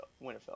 winterfell